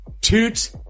Toot